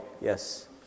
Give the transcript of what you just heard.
Yes